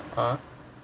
!huh!